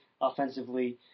offensively